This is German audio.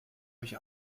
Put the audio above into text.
euch